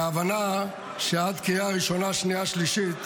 והבנה שעד קריאה ראשונה, שנייה, שלישית,